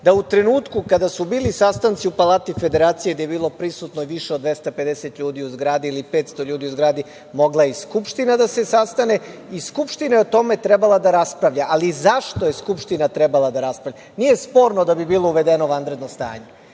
da u trenutku kada su bili sastanci u Palati Federacije, gde je bilo prisutno više od 250 ljudi u zgradi ili 500, mogla je i Skupština da se sastane i Skupština je o tome trebala da raspravlja. Ali, zašto je trebala da raspravlja? Nije sporno da bi bilo uvedeno vanredno stanje